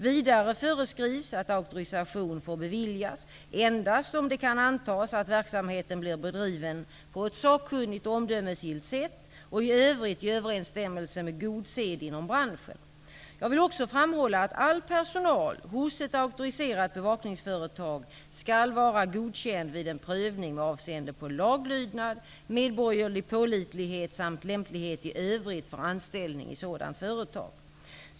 Vidare föreskrivs att auktorisation får beviljas endast om det kan antas att verksamheten blir bedriven på ett sakkunnigt och omdömesgillt sätt och i övrigt i överensstämmelse med god sed inom branschen. Jag vill också framhålla att all personal hos ett auktoriserat bevakningsföretag skall vara godkänd vid en prövning med avseende på laglydnad, medborgerlig pålitlighet samt lämplighet i övrigt för anställning i sådant företag.